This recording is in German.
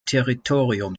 territorium